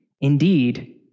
Indeed